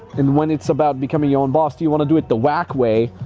and when it's about becoming your own boss, do you wanna do it the whack way,